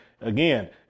again